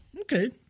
Okay